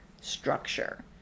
structure